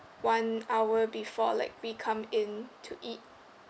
one hour before like we come in to eat